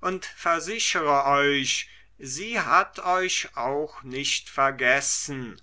und ich versichere euch sie hat euch auch nicht vergessen